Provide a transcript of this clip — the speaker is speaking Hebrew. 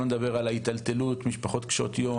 אני עוד לא מדבר על משפחות קשות יום